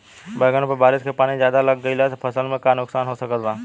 बैंगन पर बारिश के पानी ज्यादा लग गईला से फसल में का नुकसान हो सकत बा?